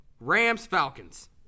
Rams-Falcons